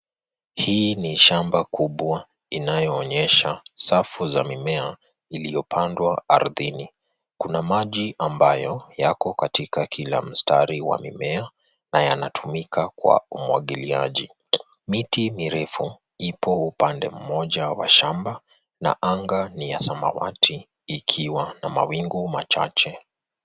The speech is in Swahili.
Hii ni shamba kubwa inayoonyesha safu za mimea iliyopandwa ardhini. Kuna maji ambayo yako katika kila mstari wa mimea na yanatumika kwa umwagiliaji. Miti mirefu ipo upande mmoja wa shamba na anga ni ya samawati ikiwa na mawingu machache.